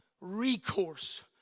recourse